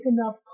enough